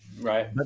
Right